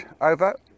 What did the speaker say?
over